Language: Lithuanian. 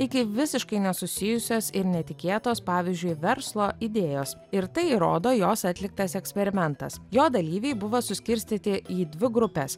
iki visiškai nesusijusios ir netikėtos pavyzdžiui verslo idėjos ir tai rodo jos atliktas eksperimentas jo dalyviai buvo suskirstyti į dvi grupes